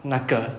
那个